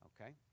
Okay